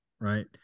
Right